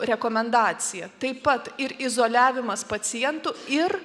rekomendacija taip pat ir izoliavimas pacientų ir